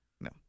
No